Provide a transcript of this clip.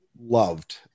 loved